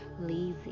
lazy